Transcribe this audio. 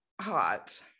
hot